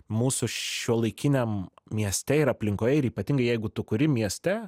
mūsų šiuolaikiniam mieste ir aplinkoje ir ypatingai jeigu tu kuri mieste